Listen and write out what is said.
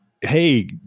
Hey